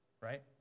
Right